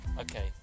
Okay